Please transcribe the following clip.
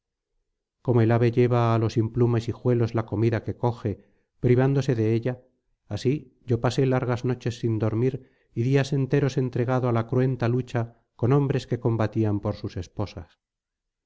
como el ave lleva á los implumes hijuelos la comida que coge privándose de ella así yo pasé largas noches sin dormir y días enteros entregado á la cruenta lucha con hombres que combatían por sys esposas